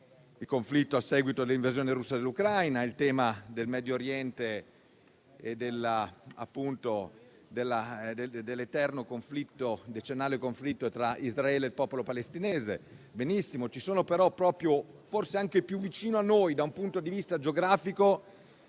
quello a seguito dell'invasione russa dell'Ucraina o il tema del Medio Oriente e dell'eterno conflitto tra Israele e il popolo palestinese. Ci sono inoltre dei focolai, forse più vicini a noi da un punto di vista geografico,